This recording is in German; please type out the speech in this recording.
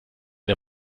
der